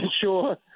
sure